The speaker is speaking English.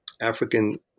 African